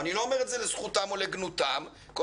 ואני לא אומר את זה לזכותם או לגנותם של אותם אנשים